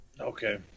Okay